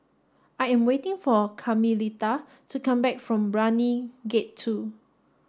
I am waiting for Carmelita to come back from Brani Gate two